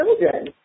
children